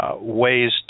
Ways